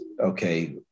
okay